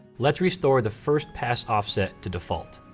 let's restore the first past offset to default.